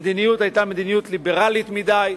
המדיניות היתה מדיניות ליברלית מדי,